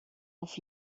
auf